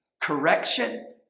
Correction